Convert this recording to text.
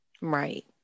Right